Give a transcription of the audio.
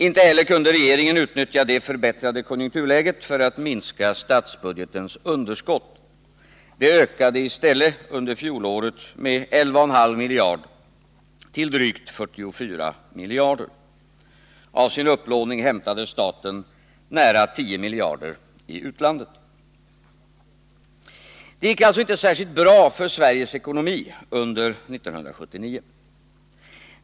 Inte heller kunde regeringen utnyttja det förbättrade konjunkturläget för att minska statsbudgetens underskott. Det ökade i stället under fjolåret med 11,5 miljarder till drygt 44 miljarder. Av sin upplåning hämtade staten nära 10 miljarder i utlandet. Det gick alltså inte särskilt bra för Sveriges ekonomi under 1979.